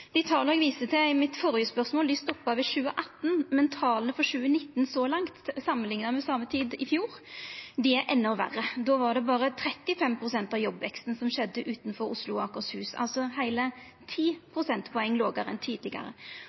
Dei tala eg viste til i mitt førre spørsmål, stoppa ved 2018, men tala for 2019 så langt, samanlikna med same tid i fjor, er endå verre. Då var det berre 35 pst. av jobbveksten som skjedde utanfor Oslo og Akershus, altså heile 10 prosentpoeng lågare enn tidlegare.